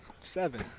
Seven